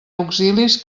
auxilis